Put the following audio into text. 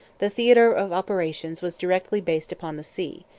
the theatre of operations was directly based upon the sea,